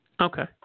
Okay